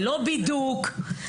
ללא בידוק,